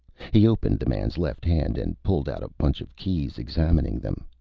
he opened the man's left hand and pulled out a bunch of keys, examining them.